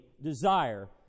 desire